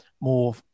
more